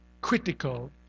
critical